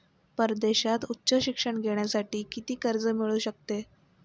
परदेशात उच्च शिक्षण घेण्यासाठी किती कर्ज मिळू शकते?